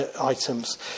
items